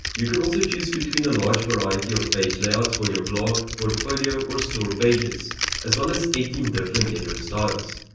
you can also choose between a large variety of page layouts for your blog, portfolio, or store pages as well as eighteen different header styles.